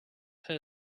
her